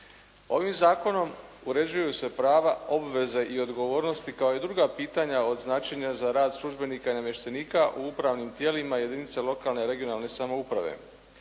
Ovim zakonom uređuju se prava, obveze i odgovornosti kao i druga pitanja od značenja za rad službenika i namještenika u upravnim tijelima jedinica lokalne (regionalne) samouprave.